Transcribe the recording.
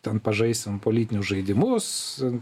ten pažaisim politinius žaidimus